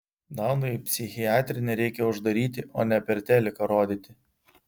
dauną į psichiatrinę reikia uždaryti o ne per teliką rodyti